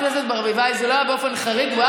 זה היה באופן מאוד חריג.